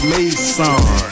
Mason